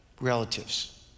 relatives